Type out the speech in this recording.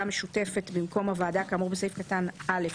המשותפת במקום הוועדה כאמור בסעיף קטן (א),